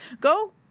go